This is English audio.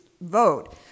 vote